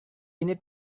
ini